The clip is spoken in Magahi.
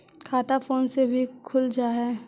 खाता फोन से भी खुल जाहै?